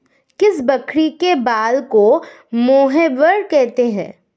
किस बकरी के बाल को मोहेयर कहते हैं?